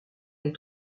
les